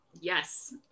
yes